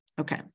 Okay